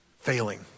failing